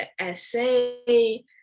essay